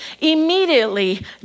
immediately